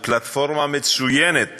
היא פלטפורמה מצוינת